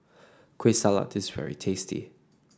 Kueh Salat is very tasty